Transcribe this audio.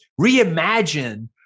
reimagine